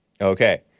Okay